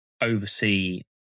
oversee